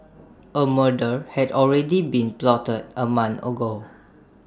A murder had already been plotted A month ago